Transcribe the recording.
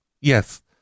yes